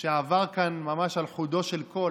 שעבר כאן ממש על חודו של קול,